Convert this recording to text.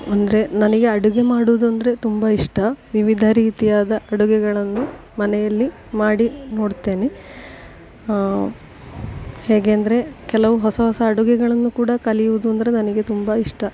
ಅಂದರೆ ನನಗೆ ಅಡುಗೆ ಮಾಡೋದಂದ್ರೆ ತುಂಬ ಇಷ್ಟ ವಿವಿಧ ರೀತಿಯಾದ ಅಡುಗೆಗಳನ್ನು ಮನೆಯಲ್ಲಿ ಮಾಡಿ ನೋಡ್ತೇನೆ ಹೇಗೆ ಅಂದರೆ ಕೆಲವು ಹೊಸ ಹೊಸ ಅಡುಗೆಗಳನ್ನು ಕೂಡ ಕಲಿಯುವುದು ಅಂದರೆ ನನಗೆ ತುಂಬ ಇಷ್ಟ